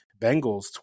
bengals